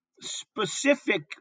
specific